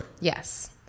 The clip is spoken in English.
Yes